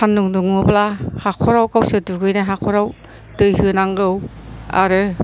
सान्दुं दुङोब्ला हाख'राव गावसोर दुगैनाय हाख'राव दै होनांगौ आरो